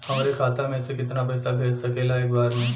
हमरे खाता में से कितना पईसा भेज सकेला एक बार में?